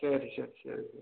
சரி சரி சரி